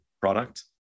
product